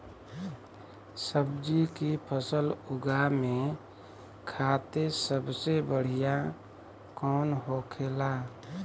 सब्जी की फसल उगा में खाते सबसे बढ़ियां कौन होखेला?